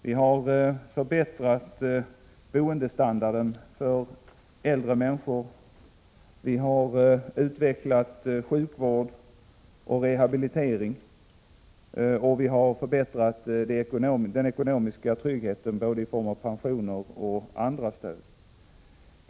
Vi har förbättrat boendestandarden för äldre människor, vi har utvecklat sjukvård och rehabilitering och vi har förbättrat den ekonomiska tryggheten i form av både pensioner och andra stöd.